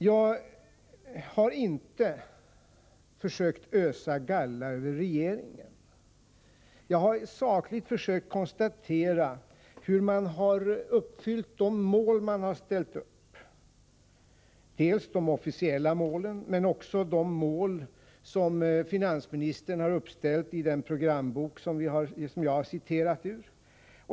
Jag har inte försökt ösa galla över regeringen. Jag har försökt att sakligt konstatera hur regeringen har uppfyllt de mål den ställt upp. Jag avser då de officiella målen, men också de mål som finansministern har uppställt i den programbok som jag har citerat ur.